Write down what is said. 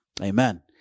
amen